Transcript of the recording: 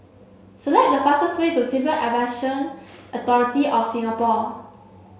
select the fastest way to Civil Aviation Authority of Singapore